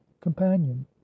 companion